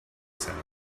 sound